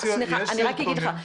יש סרטונים --- סליחה,